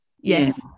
yes